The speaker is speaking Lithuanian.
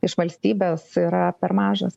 iš valstybės yra per mažas